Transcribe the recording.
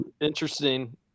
interesting